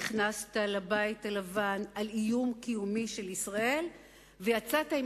נכנסת לבית הלבן על איום קיומי של ישראל ויצאת עם